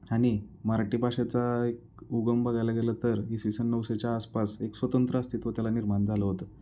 आणि मराठी भाषेचा एक उगम बघायला गेलं तर इसवी सन नऊशेच्या आसपास एक स्वतंत्र अस्तित्व त्याला निर्माण झालं होतं